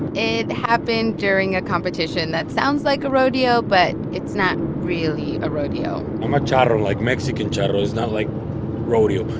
it happened during a competition that sounds like a rodeo, but it's really a rodeo i'm a charro. like, mexican charro is not like rodeo.